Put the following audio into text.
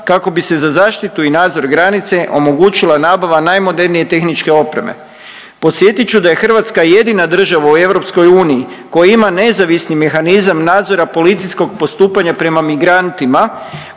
kako bi se za zaštitu i nadzor granice omogućila nabava najmodernije tehničke opreme. Podsjetit ću da je Hrvatska jedina država u EU koja ima nezavisni mehanizam nadzora policijskog postupanja prema migrantima